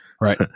Right